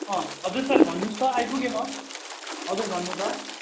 हजुर सर भन्नु होस् त आइपुगे म हजुर भन्नु त